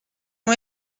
ont